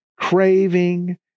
craving